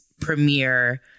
premiere